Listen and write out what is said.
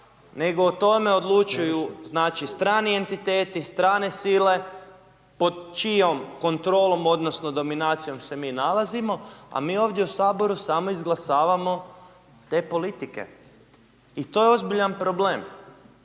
nego o tome odlučuju znači strani entiteti, strane sile pod čijom kontrolom odnosno dominacijom se mi nalazimo, a mi ovdje u saboru samo izglasavamo te politike i to je ozbiljan problem,